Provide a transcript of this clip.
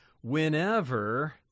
whenever